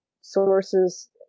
sources